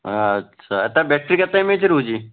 ଆଚ୍ଛା ତା ବ୍ୟାଟେରୀ କେତେ ଏମ୍ ଏ ଏଚ୍ ରହୁଛି